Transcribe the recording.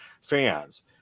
fans